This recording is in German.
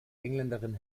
engländerin